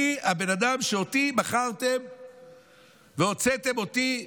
אני הבן אדם, אותי מכרתם והוצאתם אותי למצרים.